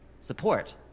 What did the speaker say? support